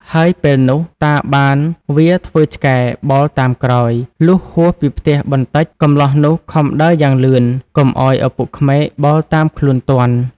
ហើយពេលនោះ តាបានវារធ្វើឆ្កែបោលតាមក្រោយ លុះហួសពីផ្ទះបន្តិចកម្លោះនោះខំដើរយ៉ាងលឿន កុំឱ្យឪពុកក្មេកបោលតាមខ្លួនទាន់។